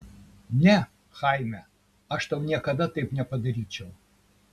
ne chaime aš tau niekada taip nepadaryčiau